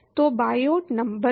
तो Biot number में